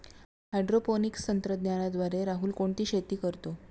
Hydroponics तंत्रज्ञानाद्वारे राहुल कोणती शेती करतो?